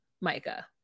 Micah